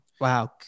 Wow